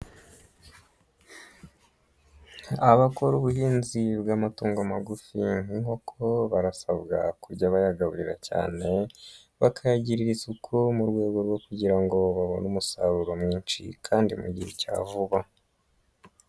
Abakora ubuhinzi bw'amatungo magufi nk'inkoko barasabwa kujya bayagaburira cyane bakayagirira isuku mu rwego rwo kugira ngo babone umusaruro mwinshi kandi mu gihe cya vuba.